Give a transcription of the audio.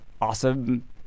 awesome